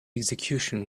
execution